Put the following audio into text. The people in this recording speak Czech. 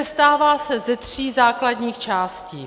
Sestává se ze tří základních částí.